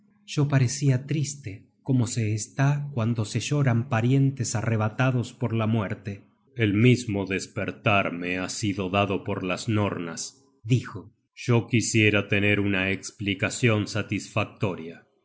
yo parecia triste como se está cuando se lloran parientes arrebatados por la muerte el mismo despertar me ha sido dado por las nornas dijo yo quisiera tener una esplicacion satisfactoria